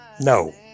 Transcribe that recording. No